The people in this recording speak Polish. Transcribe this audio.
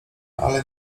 ale